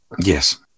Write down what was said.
Yes